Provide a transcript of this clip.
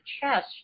chest